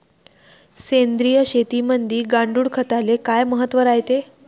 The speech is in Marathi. सेंद्रिय शेतीमंदी गांडूळखताले काय महत्त्व रायते?